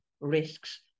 risks